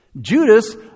Judas